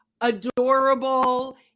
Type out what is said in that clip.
adorable